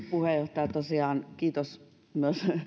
puheenjohtaja tosiaan kiitos myös